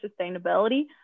sustainability